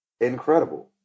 incredible